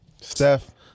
Steph